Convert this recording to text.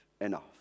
enough